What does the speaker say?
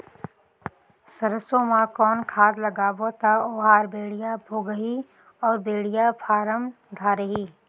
सरसो मा कौन खाद लगाबो ता ओहार बेडिया भोगही अउ बेडिया फारम धारही?